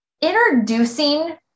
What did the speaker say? introducing